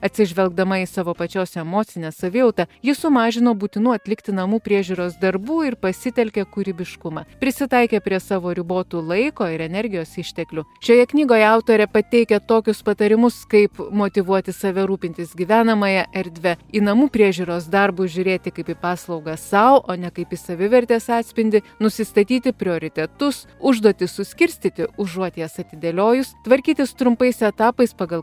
atsižvelgdama į savo pačios emocinę savijautą ji sumažino būtinų atlikti namų priežiūros darbų ir pasitelkė kūrybiškumą prisitaikė prie savo ribotų laiko ir energijos išteklių šioje knygoje autorė pateikia tokius patarimus kaip motyvuoti save rūpintis gyvenamąja erdve į namų priežiūros darbus žiūrėti kaip į paslaugą sau o ne kaip į savivertės atspindį nusistatyti prioritetus užduotis suskirstyti užuot jas atidėliojus tvarkytis trumpais etapais pagal